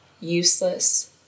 Useless